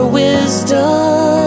wisdom